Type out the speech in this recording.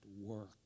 work